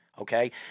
Okay